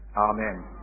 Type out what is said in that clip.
Amen